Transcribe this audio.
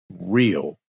real